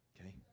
Okay